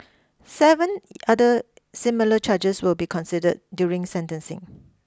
seven other similar charges will be considered during sentencing